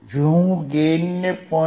જો હું ગેઇનને 0